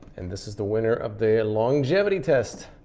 and this is the winner of the longevity test.